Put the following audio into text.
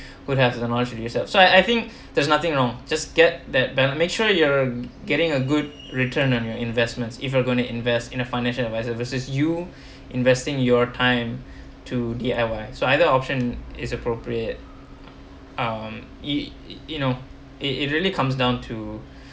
would have the knowledge to do it yourself so I I think there's nothing wrong just get that but make sure you are getting a good return on your investment if you are going to invest in a financial advisor versus you investing your time to D_I_Y so either option is appropriate um it it you know it it really comes down to